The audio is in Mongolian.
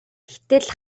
гэтэл